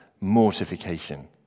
Mortification